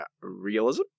realism